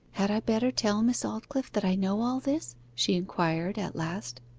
had i better tell miss aldclyffe that i know all this she inquired at last.